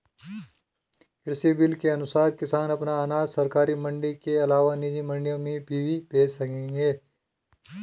कृषि बिल के अनुसार किसान अपना अनाज सरकारी मंडी के अलावा निजी मंडियों में भी बेच सकेंगे